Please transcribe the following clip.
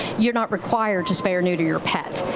you're not required to spay or neuter your pet.